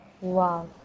wow